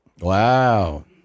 Wow